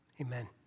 Amen